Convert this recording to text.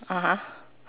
(uh huh)